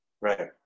Right